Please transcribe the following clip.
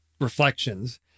reflections